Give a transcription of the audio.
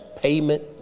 payment